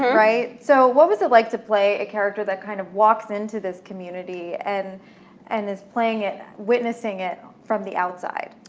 right? so what was it like to play a character that kind of walks into this community and and is playing it, witnessing it from the outside?